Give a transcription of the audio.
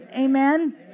amen